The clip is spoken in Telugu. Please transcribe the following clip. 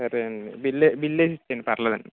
సరే అండి బిల్ బిల్ ఇచ్చేయండి పర్లేదు అండి